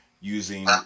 using